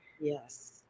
yes